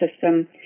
system